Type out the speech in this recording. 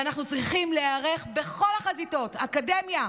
ואנחנו צריכים להיערך בכל החזיתות, אקדמיה,